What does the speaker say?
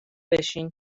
بشین